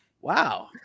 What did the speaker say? wow